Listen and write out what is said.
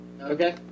Okay